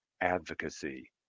advocacy